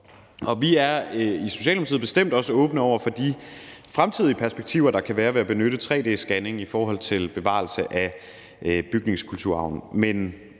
Vi er i Socialdemokratiet bestemt også åbne over for de fremtidige perspektiver, der kan være ved at benytte tre-d-scanning i forhold til bevarelse af bygningskulturarven,